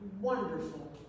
wonderful